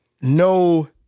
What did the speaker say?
no